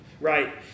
right